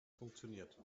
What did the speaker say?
funktioniert